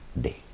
day